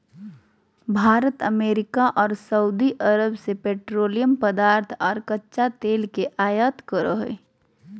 Bharat America आर सऊदीअरब से पेट्रोलियम पदार्थ आर कच्चा तेल के आयत करो हय